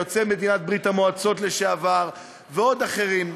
יוצאי מדינות ברית-המועצות לשעבר ועוד אחרים.